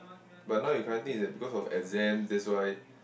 but now you currently is that because of exams that's why